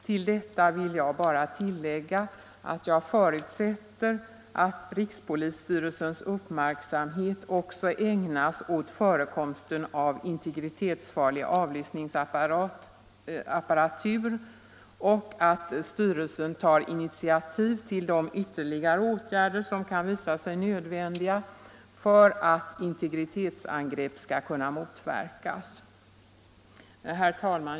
Härutöver vill jag bara tillägga att jag förutsätter att rikspolisstyrelsens uppmärksamhet ägnas åt förekomsten av integritetsfarlig avlyssningsapparatur och att styrelsen tar initiativ till de ytterligare åtgärder som kan visa sig nödvändiga för att integritetsangrepp skall kunna motverkas. Herr talman!